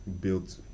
built